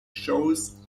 shows